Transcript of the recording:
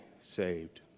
saved